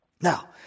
Now